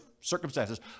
circumstances